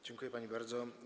Dziękuję pani bardzo.